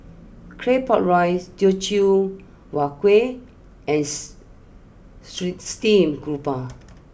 Claypot Rice Teochew Huat Kuih and stream grouper